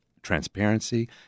transparency